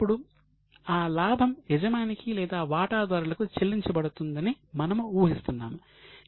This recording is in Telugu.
ఇప్పుడు ఆ లాభం యజమానికి లేదా వాటాదారులకు చెల్లించబడుతుందని మనము ఊహిస్తున్నాము